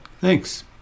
Thanks